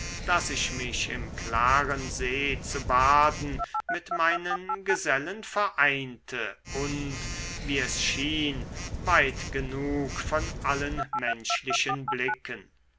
daß ich mich im klaren see zu baden mit meinen gesellen vereinte und wie es schien weit genug von allen menschlichen blicken